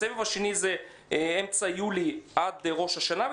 הסבב השני הוא מאמצע יולי עד ראש השנה,